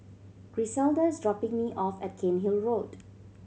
Griselda is dropping me off at Cairnhill Road